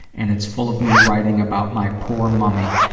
and it's full of me writing about my poor mummy,